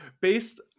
Based